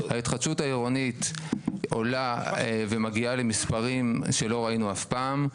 ההתחדשות העירונית עולה ומגיעה למספרים שלא ראינו אף פעם.